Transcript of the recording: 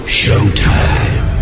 showtime